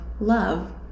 love